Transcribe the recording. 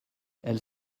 elles